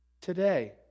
today